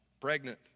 pregnant